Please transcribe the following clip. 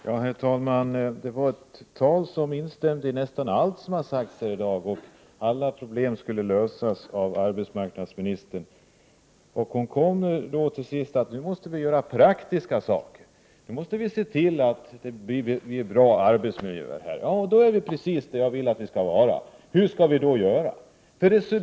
Herr talman! Det var ett tal som instämde i nästan allt som har sagts här i dag. Alla problem skulle lösas av arbetsmarknadsministern. Till sist säger hon att vi måste göra praktiska saker. Nu måste vi se till att vi får bra arbetsmiljöer, säger hon. Då har vi kommit dit där jag vill att vi skall vara. Hur skall vi då göra?